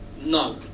no